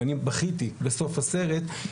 ואני בכיתי בסוף הסרט,